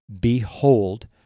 behold